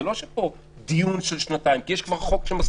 זה לא שיש פה דיון של שנתיים כי יש כבר חוק שמסמיך,